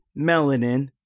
Melanin